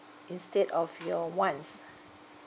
instead of your wants